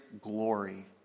glory